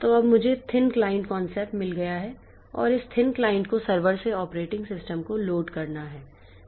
तो अब मुझे थिन क्लाइंट कॉन्सेप्ट मिल गया है और इस थिन क्लाइंट को सर्वर से ऑपरेटिंग सिस्टम को लोड करना है